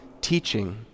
teaching